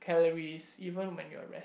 calories even when you are rest